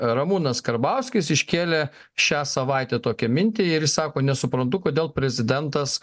ramūnas karbauskis iškėlė šią savaitę tokią mintį ir jis sako nesuprantu kodėl prezidentas